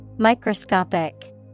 Microscopic